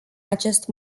acest